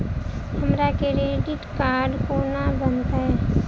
हमरा credit card कोना बनतै?